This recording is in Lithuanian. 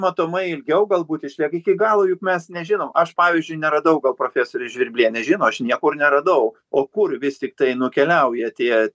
matomai ilgiau galbūt išlieka iki galo juk mes nežinom aš pavyzdžiui neradau gal profesorė žvirblienė žino aš niekur neradau o kur vis tiktai nukeliauja tie